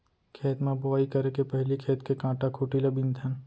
खेत म बोंवई करे के पहिली खेत के कांटा खूंटी ल बिनथन